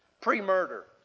pre-murder